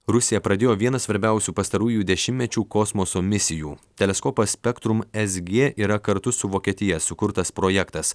rusija pradėjo vieną svarbiausių pastarųjų dešimtmečių kosmoso misijų teleskopas spektrum es gie yra kartu su vokietija sukurtas projektas